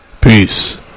Peace